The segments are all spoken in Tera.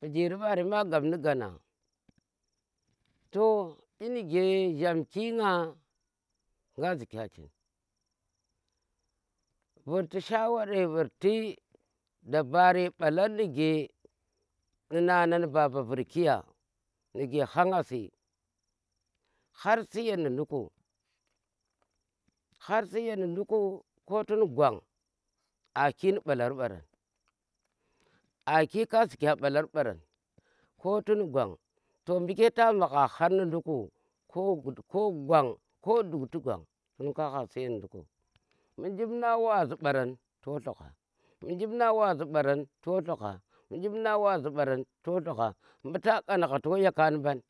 Pijiri mbarem a gap ni gana, to inige jhamki nga, nga zi ka chin virti shaware nu vurti dabare mbalar nige nu nana ni baba vurki ya nige ha nga si har siyen ni nduku, har siyen ni dukk koh tun gwan aki ni ɓalar ɓaran, aki ka zii ka mbalar mbaran ko tun gwan to mbuke ta magha har nu dukku aki ka zii ka mbalrmbaran to mbuke ta magha har ni nduku koh ko gwon ko dukti gwan to ka hogha siyan ni nduku, mbu jimnan wazi ɓaran toh tlogo bu jim wazi ɓaran to logha, bu jim nan wazi mbaran to logha bu ta ƙongha to yaka nu mban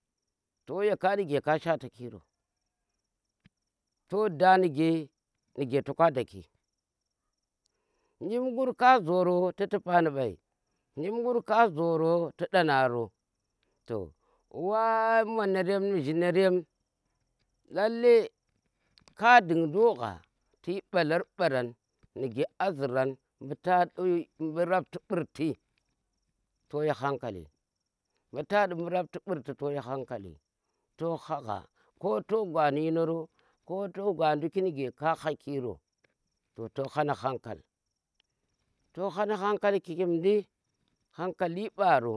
toh yaka nige ka shwatakiro to da nige to ka dakki, jim gur ka ziro ti tipa ni ɓyi, jim gur ka ziro ti dana ro, toh wa nana ni baba lalle ka ding do gha tiyi ɓalar baran nige aziran bu ta di̱ mbu rapti ɓurti toyi hankali mbu ta di mbu rapti mbuti toh yi hankali to haghe ko toh gwa ni yino ro ko to gwa nuge ka hakiro to to ha ni hankal to ha ni hankal kikimdi hankali mbaro.